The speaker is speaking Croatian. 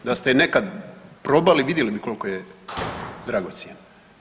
Da ste nekad probali, vidjeli bi koliko je dragocjena.